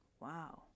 Wow